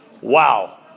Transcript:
wow